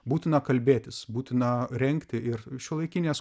būtina kalbėtis būtina rengti ir šiuolaikinės